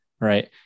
right